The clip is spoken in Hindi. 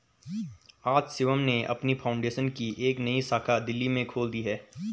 आज शिवम ने अपनी फाउंडेशन की एक नई शाखा दिल्ली में खोल दी है